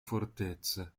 fortezze